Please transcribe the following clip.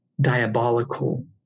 diabolical